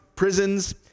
prisons